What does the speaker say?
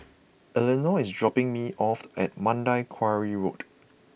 Elenor is dropping me off at Mandai Quarry Road